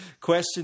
Question